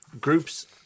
groups